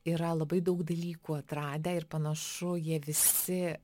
yra labai daug dalykų atradę ir panašu jie visi